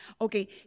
Okay